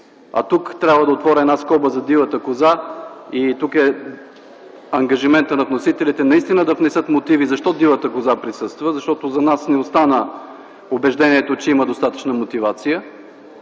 Тук трябва да отворя една скоба за дивата коза, и тук е ангажиментът на вносителите, наистина да внесат мотиви: защо дивата коза присъства? Защото за нас не остана убеждението, че има достатъчно мотивация.